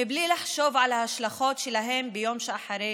בלי לחשוב על ההשלכות שלהן ביום שאחרי,